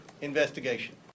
investigation